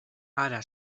ara